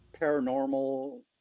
paranormal